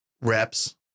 reps